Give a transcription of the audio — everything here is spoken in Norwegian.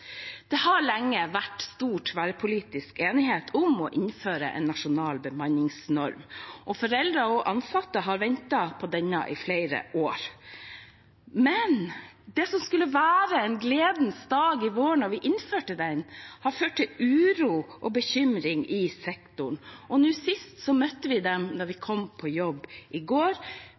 Det har lenge vært stor tverrpolitisk enighet om å innføre en nasjonal bemanningsnorm, og foreldre og ansatte har ventet på denne i flere år. Men det som skulle være en gledens dag i vår da vi innførte den, har ført til uro og bekymring i sektoren, og vi møtte dem sist da vi kom på jobb i går.